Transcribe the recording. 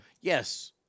Yes